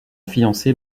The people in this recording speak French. fiancée